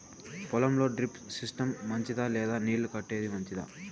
పొలం లో drip system మంచిదా లేదా నీళ్లు కట్టేది మంచిదా?